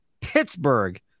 Pittsburgh